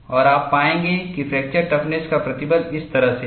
और आप पाएंगे कि फ्रैक्चर टफनेस का प्रतिबल इस तरह से है